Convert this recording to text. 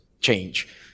change